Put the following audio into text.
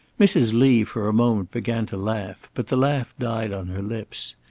mrs. lee for a moment began to laugh, but the laugh died on her lips.